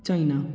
China